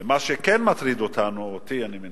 מה שכן מטריד אותנו, אותי אני מניח,